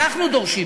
אנחנו דורשים,